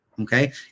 Okay